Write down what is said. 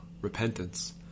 repentance